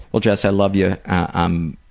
well jess i love you. i'm